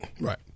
Right